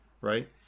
right